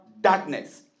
darkness